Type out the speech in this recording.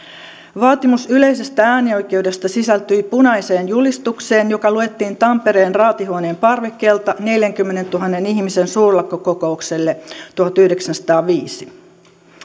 vaatimus yleisestä äänioikeudesta sisältyi punaiseen julistukseen joka luettiin tampereen raatihuoneen parvekkeelta neljänkymmenentuhannen ihmisen suurlakkokokoukselle tuhatyhdeksänsataaviisi